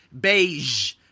Beige